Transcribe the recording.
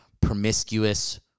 promiscuous